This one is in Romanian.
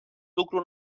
lucru